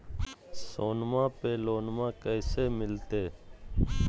सोनमा पे लोनमा कैसे मिलते?